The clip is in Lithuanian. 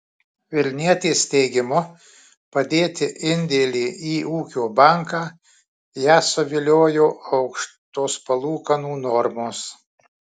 vilnietės teigimu padėti indėlį į ūkio banką ją suviliojo aukštos palūkanų normos